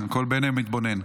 הכול בעיני המתבונן.